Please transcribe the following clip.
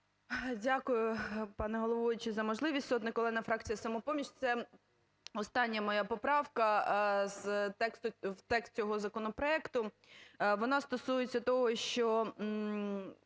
Дякую, пане головуючий за можливість. Сотник Олена, фракція "Самопоміч". Це остання моя поправка в текст цього законопроекту. Вона стосується того, що